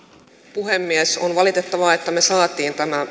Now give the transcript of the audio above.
puhemies on valitettavaa että me saimme tämän